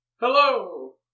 Hello